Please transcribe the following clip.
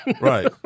right